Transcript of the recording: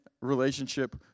relationship